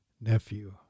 nephew